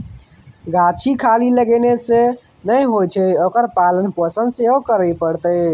गाछ खाली लगेने सँ नै होए छै ओकर पालन पोषण सेहो करय पड़तै